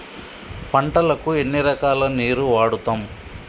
పంటలకు ఎన్ని రకాల నీరు వాడుతం?